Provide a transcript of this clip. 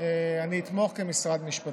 אני אתמוך כמשרד המשפטים.